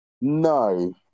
No